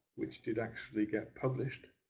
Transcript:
which did actually get published,